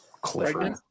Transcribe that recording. Clifford